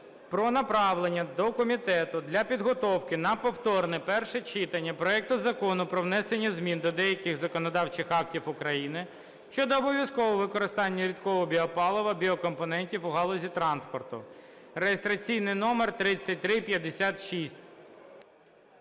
про направлення до комітету для підготовки на повторне перше читання проекту Закону про внесення змін до деяких законодавчих актів України щодо обов'язкового використання рідкого біопалива (біокомпонентів) у галузі транспорту (реєстраційний номер 3356).